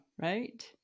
Right